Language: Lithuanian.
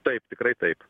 taip tikrai taip